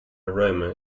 aroma